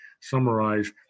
summarize